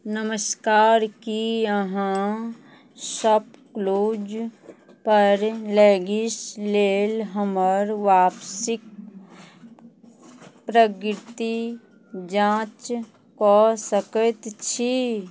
नमस्कार की अहाँ शॉपक्लूज पर लैगिश लेल हमर वापसिक प्रगृति जाँच कऽ सकैत छी